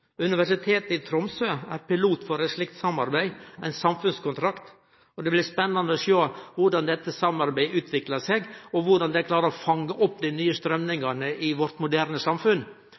Universitetet i Tromsø er pilot for eit slikt samarbeid, ein samfunnskontrakt. Det blir spennande å sjå korleis dette samarbeidet utviklar seg, og korleis dei klarar å fange opp dei nye straumdraga i vårt moderne samfunn.